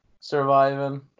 surviving